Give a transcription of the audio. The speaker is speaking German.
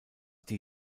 die